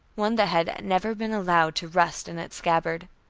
one that had never been allowed to rust in its scabbard.